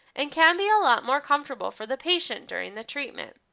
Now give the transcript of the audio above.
and can be a lot more comfortable for the patient during the treatment.